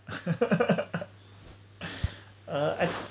uh I